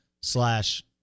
slash